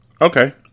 Okay